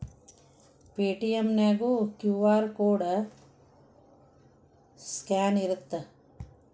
Paytm ನ್ಯಾಗು QR code scan ಇರತ್ತ